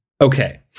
okay